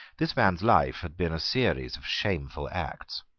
this man's life had been a series of shameful acts.